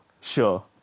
Sure